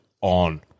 on